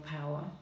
power